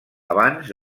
abans